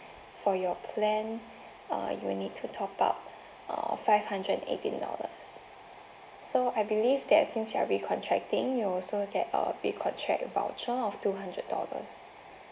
for your plan uh you need to top up uh five hundred and eighteen dollars so I believe that since you are recontracting you also get uh recontract voucher of two hundred dollars